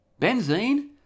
benzene